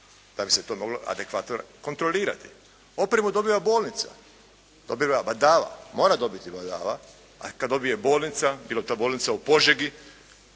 da bi se to moglo adekvatno kontrolirati. Opremu dobiva bolnica. Dobiva badava, mora dobiti badava, a kada dobije bolnica, bilo to bolnica u Požegi,